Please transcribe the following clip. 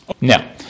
Now